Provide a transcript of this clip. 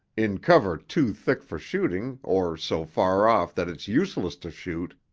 in cover too thick for shooting or so far off that it's useless to shoot,